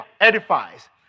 edifies